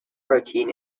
protein